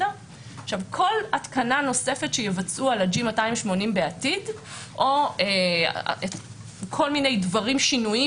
כל התקנה נוספת שיבצעו על ה-G280 בעתיד או כל מיני שינויים,